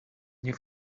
nie